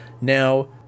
Now